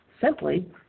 simply